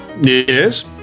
Yes